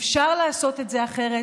אפשר לעשות את זה אחרת.